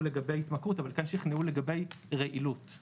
לגבי התמכרות אבל כן שכנעו לגבי רעילות,